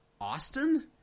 Austin